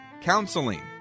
Counseling